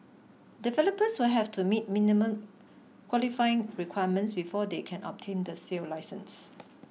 developers will have to meet minimum qualifying requirements before they can obtain the sale licence